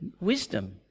wisdom